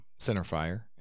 Centerfire